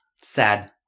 Sad